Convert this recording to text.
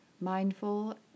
mindful